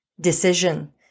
decision